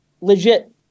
legit